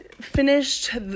finished